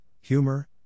humor